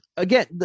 again